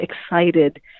excited